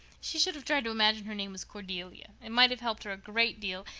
she should have tried to imagine her name was cordelia. it might have helped her a great deal.